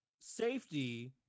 Safety